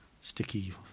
sticky